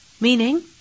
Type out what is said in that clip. Meaning